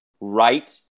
right